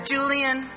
Julian